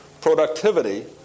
productivity